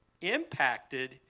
impacted